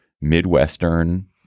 Midwestern